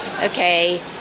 okay